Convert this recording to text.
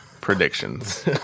Predictions